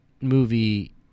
movie